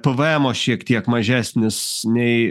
pvmo šiek tiek mažesnis nei